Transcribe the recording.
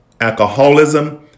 alcoholism